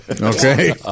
Okay